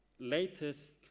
latest